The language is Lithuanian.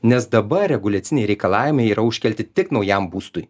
nes dabar reguliaciniai reikalavimai yra užkelti tik naujam būstui